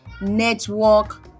network